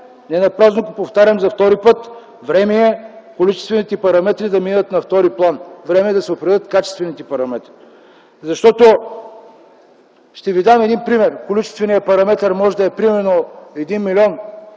ненапразно го повтарям за втори път, количествените параметри да минат на втори план. Време е да се определят качествените параметри. Ще Ви дам един пример. Количественият параметър може да е примерно един милион,